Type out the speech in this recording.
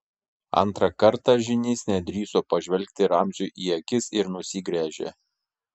antrą kartą žynys nedrįso pažvelgti ramziui į akis ir nusigręžė